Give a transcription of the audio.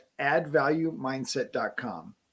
addvaluemindset.com